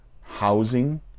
housing